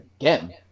again